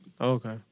Okay